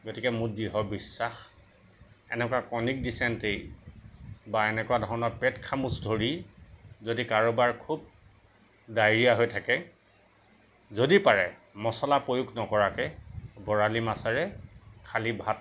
গতিকে মোৰ দৃঢ় বিশ্বাস এনেকুৱা কণিক ডিচেণ্ট্ৰি বা এনেকুৱা ধৰণৰ পেট খামোচ ধৰি যদি কাৰোবাৰ খুব ডায়েৰীয়া হৈ থাকে যদি পাৰে মছলা প্ৰয়োগ নকৰাকৈ বৰালি মাছেৰে খালী ভাত